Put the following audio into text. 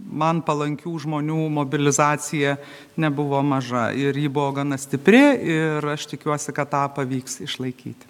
man palankių žmonių mobilizacija nebuvo maža ir ji buvo gana stipri ir aš tikiuosi kad tą pavyks išlaikyti